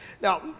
Now